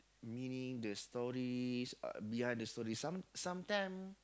meaning the stories behind the story some sometime